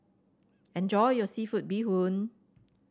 enjoy your seafood Bee Hoon